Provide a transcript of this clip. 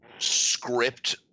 script